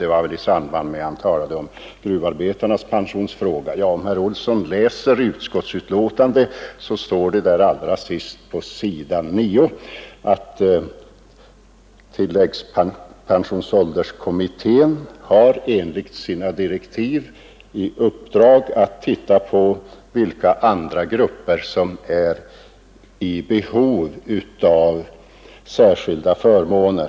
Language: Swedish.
Om herr Olsson läser i betänkandet skall han finna att det där står på s. 9, att pensionsålderskommittén enligt sina direktiv har i uppdrag att undersöka vilka andra grupper som är i behov av särskilda förmåner.